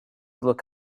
look